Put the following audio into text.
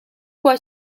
qua